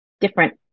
different